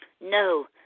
No